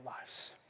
lives